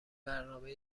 برنامه